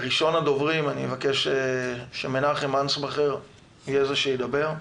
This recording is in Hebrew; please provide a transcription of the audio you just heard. ראשון הדוברים, אבקש שמנחם אנסבכר ידבר.